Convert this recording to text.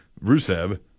Rusev